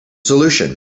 solution